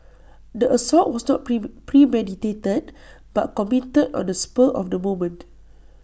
the assault was not prim premeditated but committed on A spur of the moment